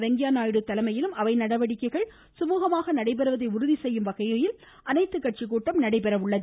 வெங்கைய்யா நாயுடு தலைமையிலும் அவை நடவடிக்கைகள் சுமூகமாக நடைபெறுவதை உறுதிசெய்யும் வகையில் அனைத்துக் கட்சிக் கூட்டம் நடைபெற உள்ளது